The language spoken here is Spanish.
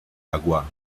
agua